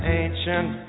ancient